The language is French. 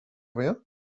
rien